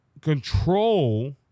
control